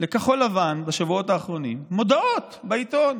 לכחול לבן בשבועות האחרונים מודעות בעיתון,